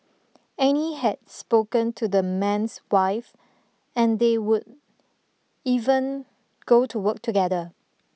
Annie had spoken to the man's wife and they would even go to work together